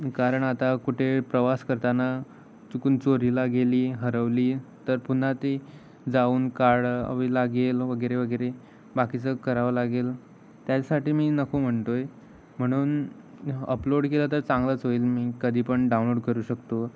कारण आता कुठे प्रवास करताना चुकून चोरीला गेली हरवली तर पुन्हा ती जाऊन काढावी लागेल वगैरे वगैरे बाकीचं करावं लागेल त्यासाठी मी नको म्हणतो आहे म्हणून अपलोड केलं तर चांगलंच होईल मी कधी पण डाउनलोड करू शकतो